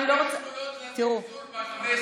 יש גבול לזלזול בכנסת.